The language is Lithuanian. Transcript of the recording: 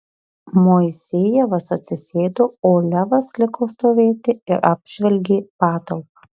moisejevas atsisėdo o levas liko stovėti ir apžvelgė patalpą